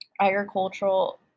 agricultural